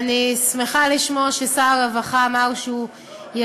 מעולם לא פניתי אלייךְ, השר שטייניץ, נכון?